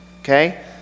Okay